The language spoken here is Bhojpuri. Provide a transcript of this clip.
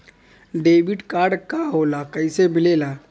डेबिट कार्ड का होला कैसे मिलेला?